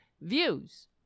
views